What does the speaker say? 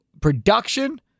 production